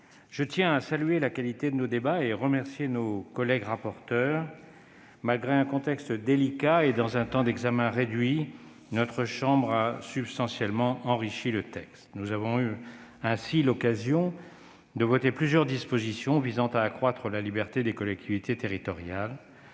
Je tiens à souligner la qualité de nos débats et à saluer nos collègues rapporteurs. Malgré un contexte délicat et un temps d'examen réduit, notre chambre a substantiellement enrichi le texte. Nous avons ainsi eu l'occasion de voter plusieurs dispositions visant à accroître la liberté des collectivités territoriales.